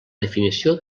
definició